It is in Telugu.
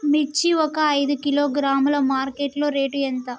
మిర్చి ఒక ఐదు కిలోగ్రాముల మార్కెట్ లో రేటు ఎంత?